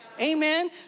amen